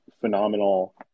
phenomenal